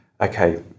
okay